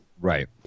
Right